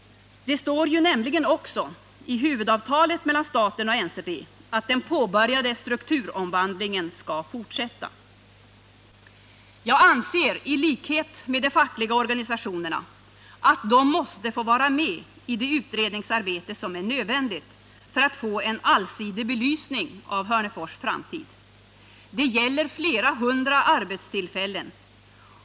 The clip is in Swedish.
Det står nämligen också i huvudavtalet mellan staten och NCB att den påbörjade strukturomvandlingen skall fortsätta. Jag anser i likhet med de fackliga organisationerna att de måste få vara med i det utredningsarbete som är nödvändigt för att få en allsidig belysning av Hörnefors framtid. Det gäller flera hundra arbetstillfällen.